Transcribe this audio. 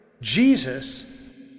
Jesus